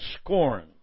scorn